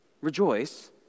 Rejoice